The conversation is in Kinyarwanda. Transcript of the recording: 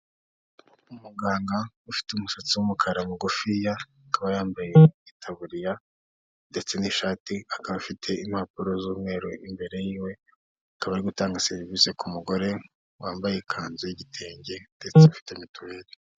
Umuganga ufite umusatsi w'umukara mugufiya akaba yambaye itaburiya ndetse n'ishati, akaba afite impapuro z'umweru imbere yiwe, akaba ari gutanga serivisi ku mugore wambaye ikanzu y'igitenge ndetse ufite mituweli.